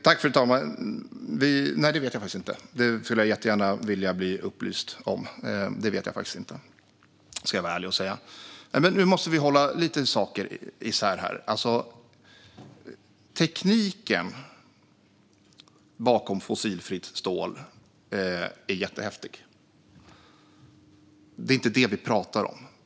Fru talman! Nej, det vet jag faktiskt inte, vill jag vara ärlig och säga. Det skulle jag jättegärna vilja bli upplyst om. Nu måste vi hålla vissa saker isär. Tekniken bakom fossilfritt stål är jättehäftig. Det är inte det vi pratar om.